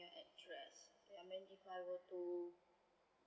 address and mean if I were to